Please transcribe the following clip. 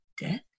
death